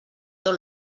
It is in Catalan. tot